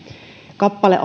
kappale